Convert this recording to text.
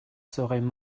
seraient